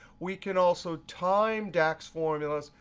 we can also time dax formulas,